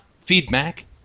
feedback